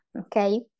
Okay